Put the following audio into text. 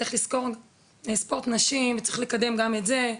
צריך לזכור, ספורט נשים, צריך לקדם גם את זה,